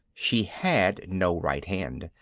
she had no right hand.